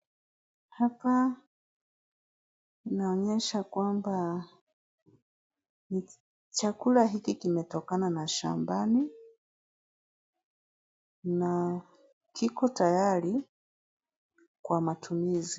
Hapa inaonyesha kwamba chakula hiki kimetokana na shambani na kiko tayari kwa matumizi.